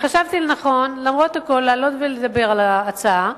וחשבתי לנכון, למרות הכול, לעלות ולדבר על ההצעה,